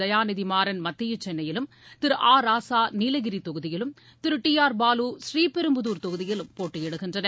தயாநிதிமாறன் மத்திய சென்னையிலும் திரு ஆராசா நீலகிரி தொகுதியிலும் திரு டி ஆர் பாலு புநீபெரும்புதார் தொகுதியிலும் போட்டியிடுகின்றனர்